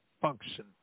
function